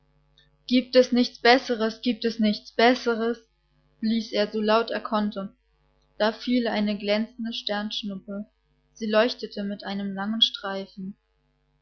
giebt es nichts besseres giebt es nichts besseres blies er so laut er konnte da fiel eine glänzende sternschnuppe sie leuchtete in einem langen streifen